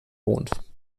wohnt